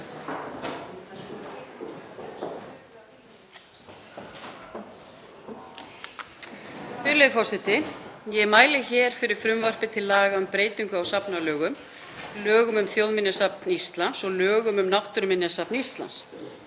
Virðulegi forseti. Ég mæli hér fyrir frumvarpi til laga um breytingu á safnalögum, lögum um Þjóðminjasafn Íslands og lögum um Náttúruminjasafn Íslands.